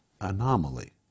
anomaly